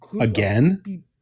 Again